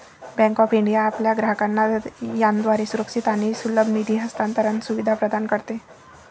bank of India आपल्या ग्राहकांना याद्वारे सुरक्षित आणि सुलभ निधी हस्तांतरण सुविधा प्रदान करते